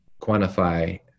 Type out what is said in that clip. quantify